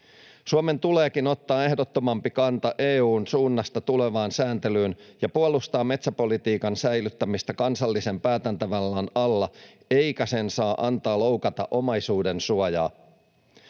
Suomen tuleekin ottaa ehdottomampi kanta EU:n suunnasta tulevaan sääntelyyn ja puolustaa metsäpolitiikan säilyttämistä kansallisen päätäntävallan alla, eikä sen saa antaa loukata omaisuudensuojaa.